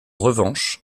revanche